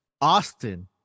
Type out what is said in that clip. Austin